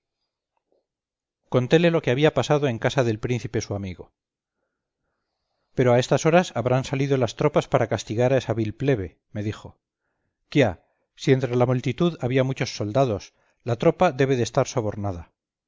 contele lo que había pasado en casa del príncipe su amigo pero a estas horas habrán salido las tropas para castigar a esa vil plebe me dijo quia si entre la multitud había muchos soldados la tropa debe de estar sobornada